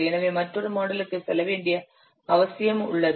எனவே மற்றொரு மாடலுக்கு செல்ல வேண்டிய அவசியம் உள்ளது